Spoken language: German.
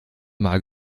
mal